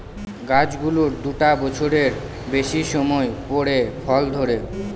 গাছ গুলোর দুটা বছরের বেশি সময় পরে ফল ধরে